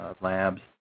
labs